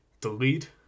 delete